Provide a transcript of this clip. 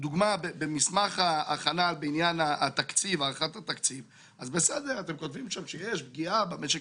למשל במסמך הכנה בעניין הערכת התקציב אתם כותבים שיש פגיעה במשק